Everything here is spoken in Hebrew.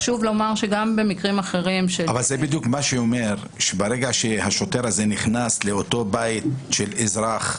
אבל זה בדיוק מה שאומר שברגע שהשוטר הזה נכנס לאותו בית של אזרח,